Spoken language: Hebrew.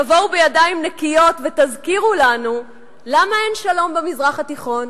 תבואו בידיים נקיות ותזכירו לנו למה אין שלום במזרח התיכון.